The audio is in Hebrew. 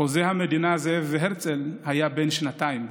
באותם ימים חוזה המדינה זאב הרצל היה בן שנתיים.